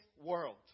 world